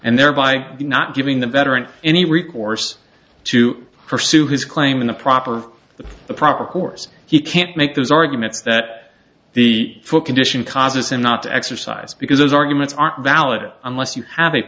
and thereby not giving the veteran any recourse to pursue his claim in a proper the proper course he can't make those arguments that the full condition causes him not to exercise because those arguments aren't valid unless you have a